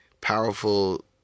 powerful